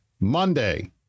Monday